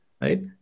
right